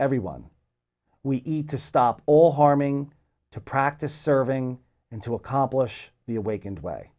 everyone we eat to stop all harming to practice serving and to accomplish the awakened way